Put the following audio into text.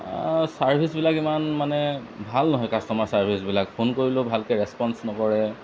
অঁ ছাৰ্ভিচবিলাক ইমান মানে ভাল নহয় কাষ্টমাৰ চাৰ্ভিছবিলাক ফোন কৰিলেও ভালকৈ ৰেছপন্স নকৰে